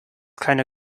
keine